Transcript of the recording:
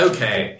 Okay